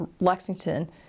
Lexington